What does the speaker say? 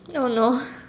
oh no